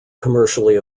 commercially